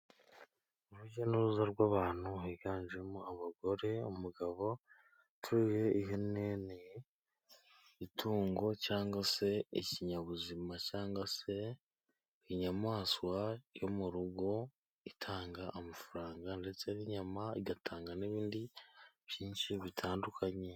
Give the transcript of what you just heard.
Urujya n'uruza rw'abantu higanjemo abagore, umugabo utuye. Ihene ni itungo cyangwa se ikinyabuzima cyangwa se inyamaswa yo mu rugo, itanga amafaranga, ndetse n'inyama, igatanga n'ibindi byinshi bitandukanye.